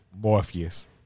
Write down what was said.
Morpheus